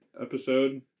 episode